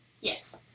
Yes